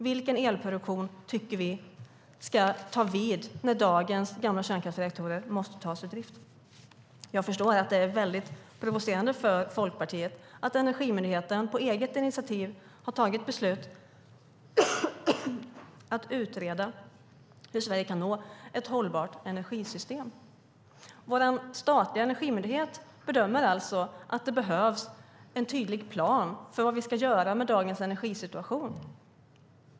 Vilken elproduktion tycker vi ska ta vid när dagens gamla kärnkraftsreaktorer måste tas ur drift? Jag förstår att det är väldigt provocerande för Folkpartiet att Energimyndigheten på eget initiativ har tagit beslut om att utreda hur Sverige kan nå ett hållbart energisystem. Vår statliga energimyndighet bedömer alltså att det behövs en tydlig plan för vad vi ska göra med dagens energisituation.